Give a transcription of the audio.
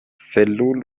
سلول